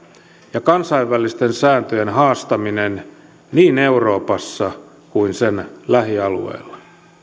ja kansainvälisten sääntöjen haastaminen niin euroopassa kuin sen lähialueilla